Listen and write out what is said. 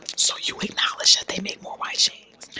so you acknowledge that they make more white shades?